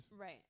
Right